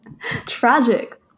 Tragic